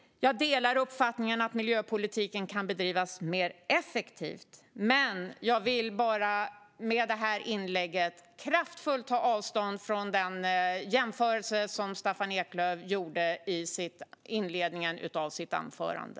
Jag delar uppfattningen att miljöpolitiken kan bedrivas mer effektivt, men jag vill med det här inlägget kraftfullt ta avstånd från den jämförelse som Staffan Eklöf gjorde i inledningen av sitt anförande.